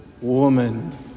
Woman